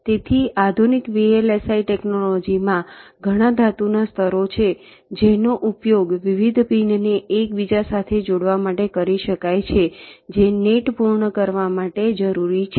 તેથી આધુનિક VLSI ટેક્નોલોજીમાં ઘણા ધાતુના સ્તરો છે જેનો ઉપયોગ વિવિધ પિનને એકબીજા સાથે જોડવા માટે કરી શકાય છે જે નેટ પૂર્ણ કરવા માટે જરૂરી છે